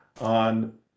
on